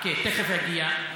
חכה, תכף אני אגיע.